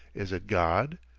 is it god,